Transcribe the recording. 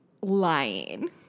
lying